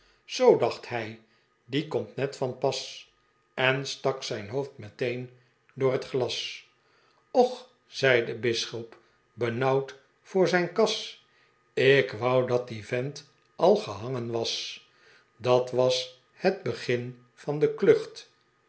zoo dacht hij die komt net van pas en stak zijn hoofd meteen door liet glas och zei de bisschop benauwd voor zijn kas ik wou dat die vent al gehangen was dat was het begin van de klucht